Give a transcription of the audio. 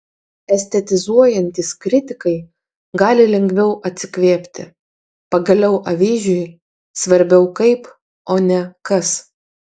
estetizuojantys kritikai gali lengviau atsikvėpti pagaliau avyžiui svarbiau kaip o ne kas